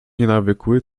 nienawykły